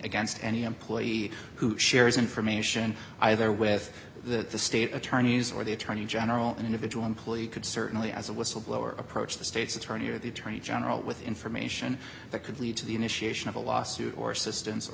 against any employee who shares information either with the state attorneys or the attorney general an individual employee could certainly as a whistleblower approach the state's attorney or the attorney general with information that could lead to the initiation of a lawsuit or assistance or